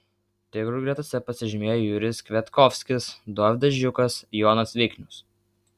tigrų gretose pasižymėjo jurijus kviatkovskis dovydas žiukas jonas viknius